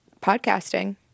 podcasting